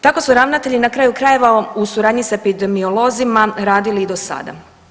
Tako su ravnatelji na kraju krajeva u suradnji sa epidemiolozima radili i do sada.